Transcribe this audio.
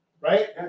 right